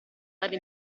dare